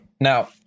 Now